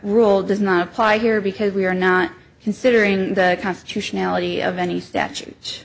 rule does not apply here because we are not considering the constitutionality of any statute